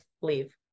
leave